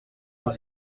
que